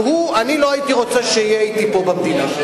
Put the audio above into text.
אני לא הייתי רוצה שיהיה אתי פה במדינה,